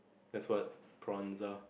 that's what prawns are